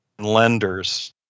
lenders